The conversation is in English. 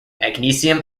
magnesium